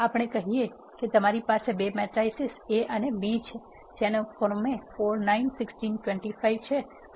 ચાલો આપણે કહીએ કે તમારી પાસે બે મેટ્રિસીસ A અને B છે જે અનુક્રમે 4 9 16 25 છે અને 2 3 4 5 છે